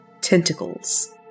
tentacles